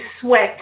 sweat